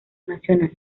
nacional